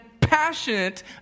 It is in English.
passionate